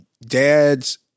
dads